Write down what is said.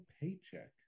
paycheck